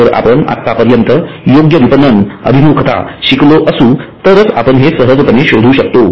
जर आपण आत्तापर्यंत योग्य विपणन अभिमुखता शिकलो असू तरच आपण हे सहजपणे शोधू शकतो